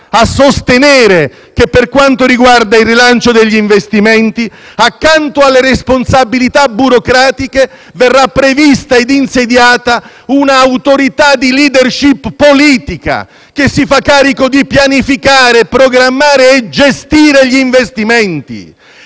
a sostenere che, per quanto riguarda il rilancio degli investimenti, accanto alle responsabilità burocratiche, verrà prevista ed insediata una autorità di *leadership* politica che si fa carico di pianificare, programmare e gestire gli investimenti?